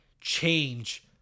change